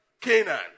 Canaan